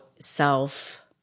self